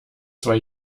zwei